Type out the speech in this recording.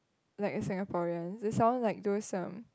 like a Singaporean it sounded like those um